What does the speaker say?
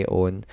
own